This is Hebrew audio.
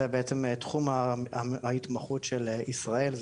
זו בעצם תחום ההתמחות של ישראל,